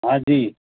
ہاں جی